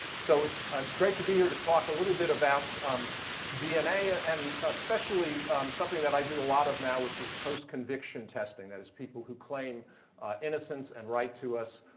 so it's it's great to be here to talk a little bit about um dna ah and especially something that i do a lot of now, which is post-conviction testing, that is, people who claim innocence and write to us.